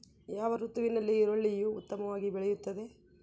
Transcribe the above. ಯಾವ ಋತುವಿನಲ್ಲಿ ಈರುಳ್ಳಿಯು ಉತ್ತಮವಾಗಿ ಬೆಳೆಯುತ್ತದೆ?